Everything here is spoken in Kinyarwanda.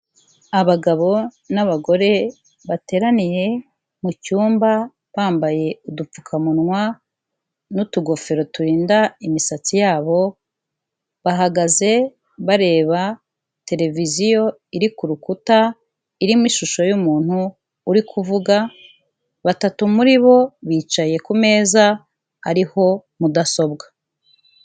Abagabo n'abagore bateraniye mu cyumba bambaye udupfukamunwa n'utugofero turinda imisatsi yabo, bahagaze bareba televiziyo iri ku rukuta, irimo ishusho y'umuntu uri kuvuga, batatu muri bo bicaye ku meza ariho mudasobwa.